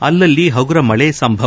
ಅಲ್ಲಿ ಹಗುರ ಮಳೆ ಸಂಭವ